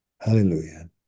Hallelujah